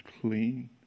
clean